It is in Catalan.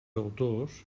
autors